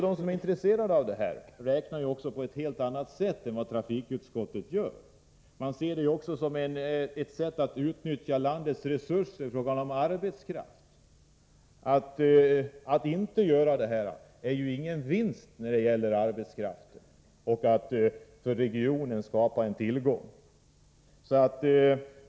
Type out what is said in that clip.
De som är intresserade av detta projekt räknar på ett helt annat sätt än vad trafikutskottet gör. De ser det också som ett sätt att utnyttja landets resurser i fråga om arbetskraft. Att inte utföra detta kanalbygge innebär ingen vinst när det gäller arbetskraften eller när det gäller att för regionen skapa en tillgång.